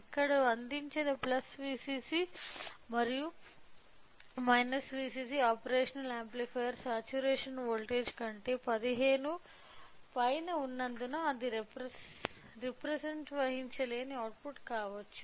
ఇక్కడ అందించిన Vcc మరియు Vcc operational amplifier saturation voltage కంటే 15 పైన ఉన్నందున అది రెప్రెసెంట్ వహించలేని అవుట్పుట్ కావచ్చు